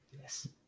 Yes